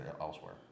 elsewhere